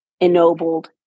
ennobled